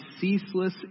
ceaseless